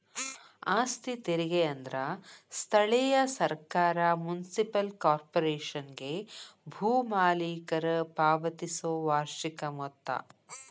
ಆಸ್ತಿ ತೆರಿಗೆ ಅಂದ್ರ ಸ್ಥಳೇಯ ಸರ್ಕಾರ ಮುನ್ಸಿಪಲ್ ಕಾರ್ಪೊರೇಶನ್ಗೆ ಭೂ ಮಾಲೇಕರ ಪಾವತಿಸೊ ವಾರ್ಷಿಕ ಮೊತ್ತ